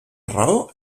raó